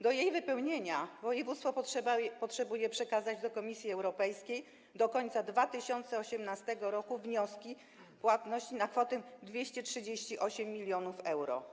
Do jej spełnienia województwo potrzebuje przekazania do Komisji Europejskiej do końca 2018 r. wniosków o płatność na kwotę 238 mln euro.